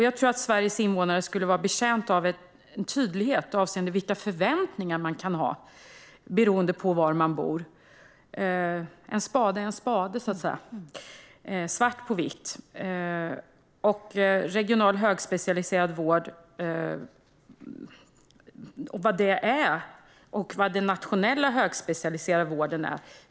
Jag tror att Sveriges invånare skulle vara betjänta av tydlighet avseende vilka förväntningar man kan ha beroende på var man bor. En spade är en spade, så att säga. Svart på vitt - vad är regional högspecialiserad vård och vad är nationell högspecialiserad vård?